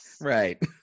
right